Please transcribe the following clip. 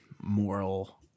moral